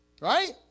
right